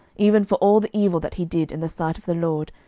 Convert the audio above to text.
even for all the evil that he did in the sight of the lord,